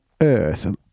earth